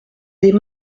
des